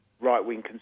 right-wing